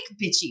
bitchy